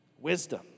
Wisdom